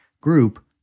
group